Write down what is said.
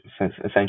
essentially